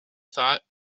thought